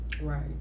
Right